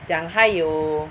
讲她有